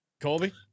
Colby